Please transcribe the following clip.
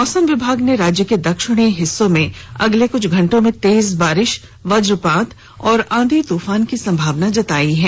मौसम विभाग ने राज्य के दक्षिणी हिस्सों में अगले कुछ घंटों में तेज बारिश वज्रपात और आंधी तफान की संभावना जतायी है